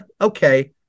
okay